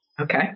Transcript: Okay